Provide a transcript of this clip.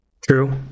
True